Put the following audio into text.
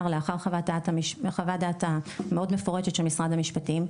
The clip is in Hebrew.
לאחר חוות הדעת המאוד מפורטת של משרד המשפטים,